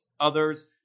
others